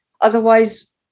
Otherwise